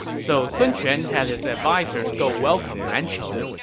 so sun quan had his advisers go welcome man chong,